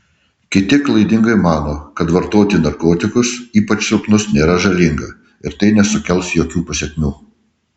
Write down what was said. kiti klaidingai mano kad vartoti narkotikus ypač silpnus nėra žalinga ir tai nesukels jokių pasekmių